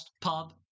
pub